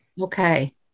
Okay